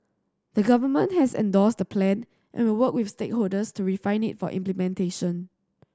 the Government has endorsed the Plan and will work with stakeholders to refine it for implementation